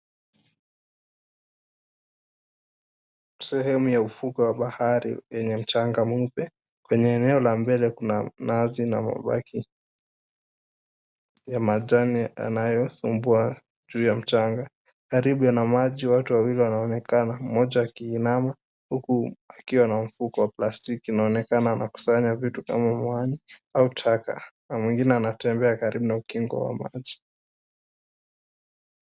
Sehemu ya ufukwe wa bahari yenye mchanga mweupe. Kwenye eneo la mbele kuna nazi na mabaki ya majani yanayosumbua juu ya mchanga. Karibu na maji watu wawili wanaonekana, mmoja akiinama huku akiwa na mfuko wa plastiki inaonekana anakusanya vitu kama muani au taka, na mwingine anatembea karibu na ukingo wa maji.